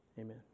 Amen